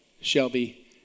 Shelby